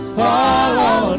follow